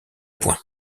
point